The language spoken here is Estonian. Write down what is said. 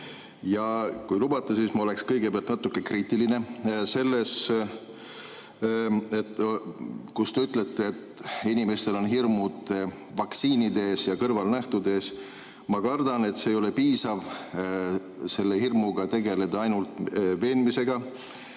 Aga kui lubate, siis ma olen kõigepealt natuke kriitiline selles suhtes, kui te ütlete, et inimestel on hirmud vaktsiinide ees ja kõrvalnähtude ees. Ma kardan, et ei ole piisav, kui selle hirmuga tegeleda ainult veenmise